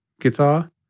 guitar